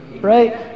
right